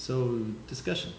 so discussion